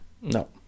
No